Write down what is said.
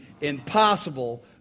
impossible